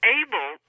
able